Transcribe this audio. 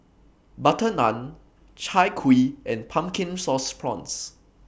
Butter Naan Chai Kuih and Pumpkin Sauce Prawns